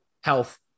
health